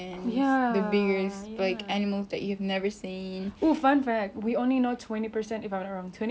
oo fun fact we only know twenty percent if I'm not wrong twenty percent of what's in the ocean can you imagine eighty percent left